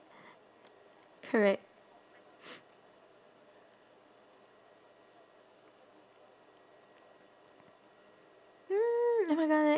correct mm oh my god I